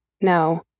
no